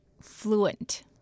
fluent